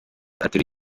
ateruye